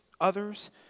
others